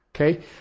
Okay